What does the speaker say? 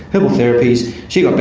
herbal therapies, she got